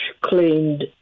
claimed